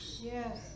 Yes